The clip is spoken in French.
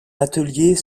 atelier